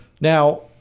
Now